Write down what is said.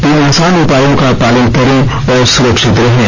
तीन आसान उपायों का पालन करें और सुरक्षित रहें